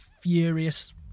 furious